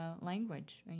language